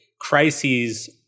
crises